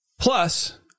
Plus